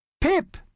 Pip